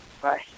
Bye